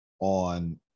on